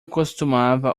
costumava